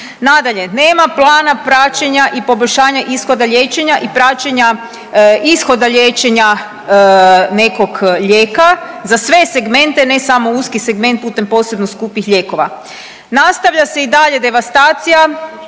Nadalje nema plana praćenja i poboljšanja ishoda liječenja i praćenja ishoda liječenja nekog lijeka za sve segmente, ne samo uski segment putem posebno skupih lijekova. Nastavlja se i dalje devastacija,